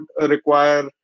require